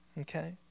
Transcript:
Okay